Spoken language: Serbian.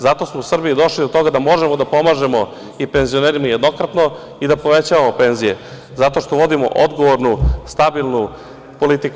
Zato smo u Srbiji došli do toga da možemo da pomažemo i penzionerima jednokratno i da povećavamo penzije zato što vodimo odgovornu, stabilnu politiku.